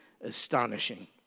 astonishing